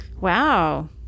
Wow